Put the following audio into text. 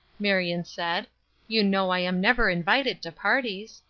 marion said you know i am never invited to parties.